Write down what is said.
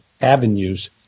avenues